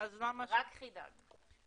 רק חידדת.